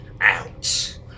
out